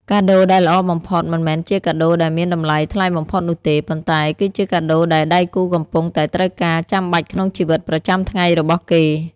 កាដូដែលល្អបំផុតមិនមែនជាកាដូដែលមានតម្លៃថ្លៃបំផុតនោះទេ ប៉ុន្តែគឺជាកាដូដែលដៃគូកំពុងតែត្រូវការចាំបាច់ក្នុងជីវិតប្រចាំថ្ងៃរបស់គេ។